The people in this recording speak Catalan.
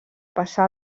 passar